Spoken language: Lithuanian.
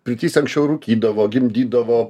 pirtyse anksčiau rūkydavo gimdydavo